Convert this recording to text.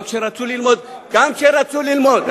גם כשרצו ללמוד,